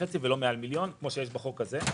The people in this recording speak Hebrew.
שקל ולא מעל מיליון שקל כפי שיש בחוק הזה.